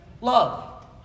love